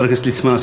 חבר הכנסת ליצמן,